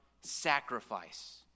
sacrifice